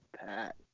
pat